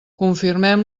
confirmem